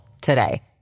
today